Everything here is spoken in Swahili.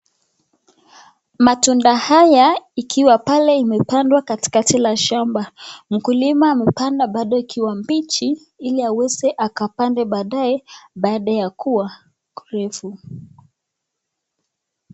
Matunda haya ikiwa pale imepandwa katikati la shamba, mkulima amepanda bado ikiwa mbichi, ili aweze akapande baadae, baada ya kuwa kirefu.